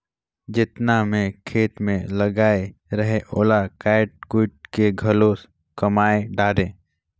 जेतना मैं खेत मे लगाए रहें ओला कायट कुइट के घलो कमाय डारें